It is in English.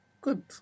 Good